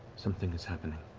something is happening.